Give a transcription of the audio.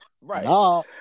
right